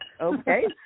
Okay